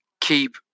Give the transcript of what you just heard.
Keep